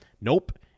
Nope